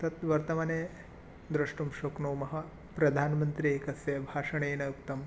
तत् वर्तमाने द्रष्टुं शक्नुमः प्रधानमन्त्री एकस्य भाषणेन उक्तम्